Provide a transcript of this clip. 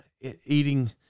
eating